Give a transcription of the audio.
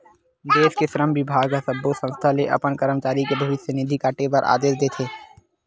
देस के श्रम बिभाग ह सब्बो संस्था ल अपन करमचारी के भविस्य निधि काटे बर आदेस देथे